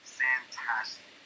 fantastic